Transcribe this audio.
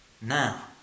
Now